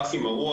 עף עם הרוח.